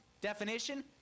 definition